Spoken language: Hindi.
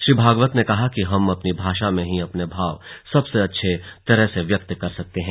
श्री भागवत ने कहा कि हम अपनी भाषा में ही अपने भाव सबसे अच्छी तरह व्यक्त कर सकते हैं